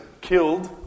killed